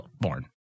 born